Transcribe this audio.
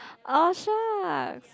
oh shucks